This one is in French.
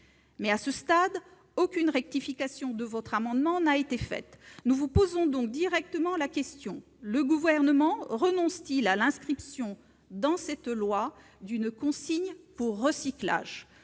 Mais, à ce stade, aucune rectification de votre amendement n'a été faite. Nous vous posons donc directement la question : le Gouvernement renonce-t-il à l'inscription dans le présent projet de loi d'une consigne pour recyclage ?